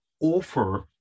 offer